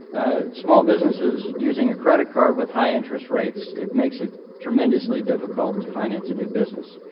small businesses using a credit card with high interest rates, it makes it tremendously difficult to finance a new business.